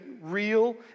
real